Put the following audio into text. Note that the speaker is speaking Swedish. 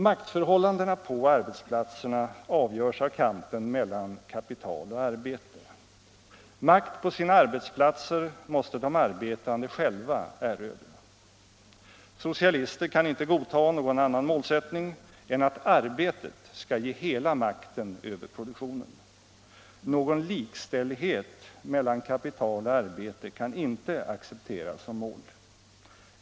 Maktförhållandena på arbetsplatserna avgörs av kampen mellan kapital och arbete. Makt på sina arbetsplatser måste de arbetande själva erövra. Socialister kan inte godta någon annan målsättning än att arbetet skall ge hela makten över produktionen. Någon likställighet mellan kapital och arbete kan inte accepteras som mål.